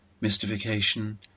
mystification